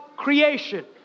creation